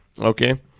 Okay